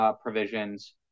provisions